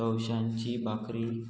तवशांची भाकरी